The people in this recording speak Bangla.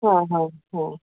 হ্যাঁ হ্যাঁ হ্যাঁ